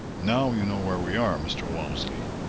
now you know where we are, mr. walmsley.